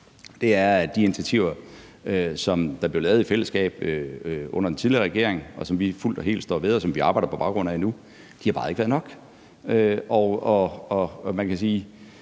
er, at de initiativer, som der blev lavet i fællesskab under den tidligere regering, og som vi fuldt og helt står ved, og som vi arbejder på baggrund af nu, bare ikke har været nok. Det, man skal